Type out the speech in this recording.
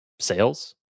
sales